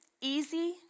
easy